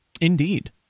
Indeed